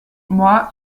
moi